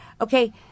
okay